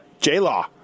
J-law